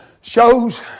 shows